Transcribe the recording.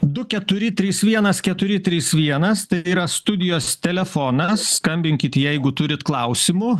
du keturi trys vienas keturi trys vienas tai yra studijos telefonas skambinkit jeigu turit klausimų